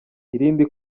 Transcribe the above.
irindi